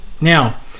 Now